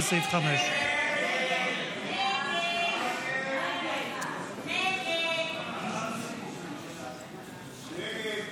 לסעיף 5. הסתייגות